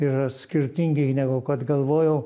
yra skirtingai negu kad galvojau